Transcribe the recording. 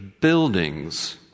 buildings